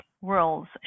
worlds